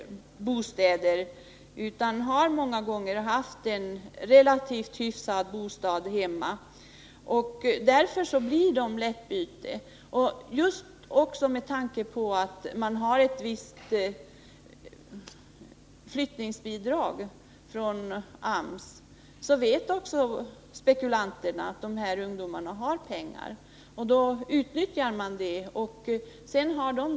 De har många gånger haft en relativt hyfsad bostad hemma. Därför blir de ett lätt byte för bostadsspekulanterna. Dessa vet också att ungdomarna har pengar i form av flyttningsbidrag från AMS, och det utnyttjar de.